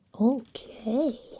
Okay